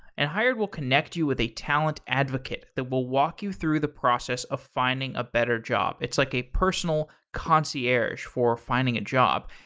and hired will connect you with a talent advocate that will walk you through the process of finding a better job. it's like a personal concierge for finding a job.